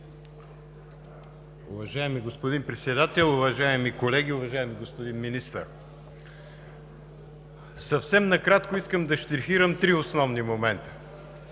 Уважаеми господин Председател, уважаеми колеги, уважаеми господин Министър! Съвсем накратко искам да щрихирам три основни момента.